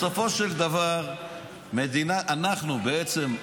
בסופו של דבר אנחנו בעצם,